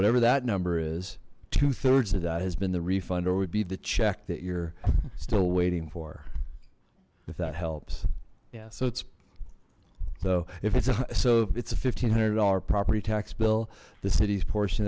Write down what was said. whatever that number is two thirds of that has been the refund or would be the check that you're still waiting for if that helps yeah so it's so if it's so it's a one thousand five hundred dollars property tax bill the city's portion